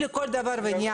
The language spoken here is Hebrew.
כן, בבקשה.